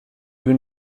più